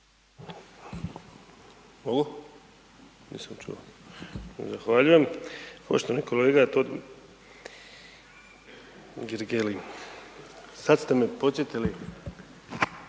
Mogu? Nisam čuo. Zahvaljujem. Poštovani kolega, sad ste me podsjetili,